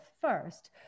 first